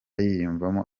yiyumvamo